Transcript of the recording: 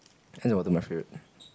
ice and water my favourite